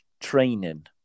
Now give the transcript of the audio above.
training